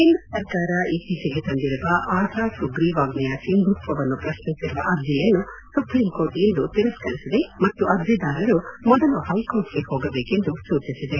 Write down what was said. ಕೇಂದ್ರ ಸರ್ಕಾರ ಇತ್ತೀಚೆಗೆ ತಂದಿರುವ ಆಧಾರ್ ಸುಗ್ರೀವಾಜ್ಞೆಯ ಸಿಂಧುತ್ವವನ್ನು ಪ್ರಶ್ನಿಸಿರುವ ಅರ್ಜಿಯನ್ನು ಸುಪ್ರೀಂಕೋರ್ಟ್ ಇಂದು ತಿರಸ್ಕರಿಸಿದೆ ಮತ್ತು ಅರ್ಜಿದಾರರು ಮೊದಲು ಹೈಕೋರ್ಟ್ ಗೆ ಹೋಗಬೇಕೆಂದು ಸೂಚಿಸಿದೆ